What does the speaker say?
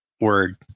word